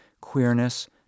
queerness